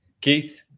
Keith